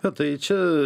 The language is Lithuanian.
na tai čia